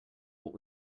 what